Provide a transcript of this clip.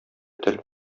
тел